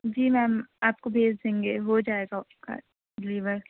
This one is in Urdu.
جی میم آپ کو بھیج دیں گے ہو جائے گا اس کا ڈیلیور